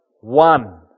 one